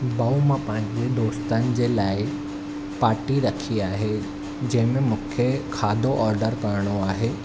भाऊ मां पंहिंजे दोस्तनि जे लाइ पार्टी रखी आहे जंहिंमें मूंखे खाधो ऑर्डर करिणो आहे